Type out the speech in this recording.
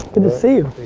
good to see you